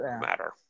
matter